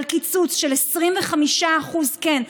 על קיצוץ של 25% כן,